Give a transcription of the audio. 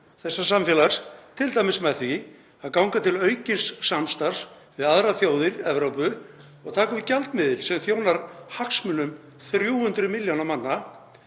þessa samfélags, t.d. með því að ganga til aukins samstarfs við aðrar þjóðir Evrópu og taka upp gjaldmiðil sem þjónar hagsmunum 300 milljóna manna,